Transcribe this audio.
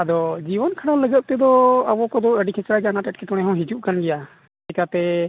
ᱟᱫᱚ ᱡᱤᱵᱚᱱ ᱠᱷᱟᱱᱰᱟᱣ ᱞᱟᱹᱜᱤᱫ ᱛᱮᱫᱚ ᱟᱵᱚ ᱠᱚᱫᱚ ᱟᱹᱰᱤ ᱟᱱᱟᱴ ᱮᱴᱠᱮᱴᱚᱬᱮ ᱦᱚᱸ ᱦᱤᱡᱩᱜ ᱠᱟᱱ ᱜᱮᱭᱟ ᱪᱤᱠᱟᱛᱮ